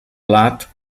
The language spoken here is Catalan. blat